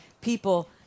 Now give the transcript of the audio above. people